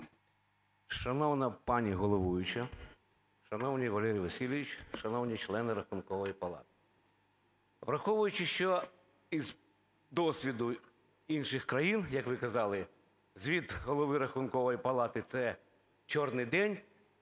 Шановна пані головуюча, шановний Валерій Васильович! Шановні члени Рахункової палати! Враховуючи, що із досвіду інших країн, як ви казали, звіт голови рахункової палати – це "чорний" день,